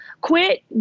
Quit